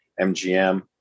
mgm